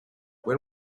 when